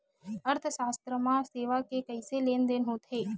अर्थशास्त्र मा सेवा के कइसे लेनदेन होथे?